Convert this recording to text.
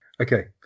Okay